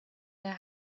their